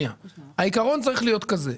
העיקרון צריך להיות כזה,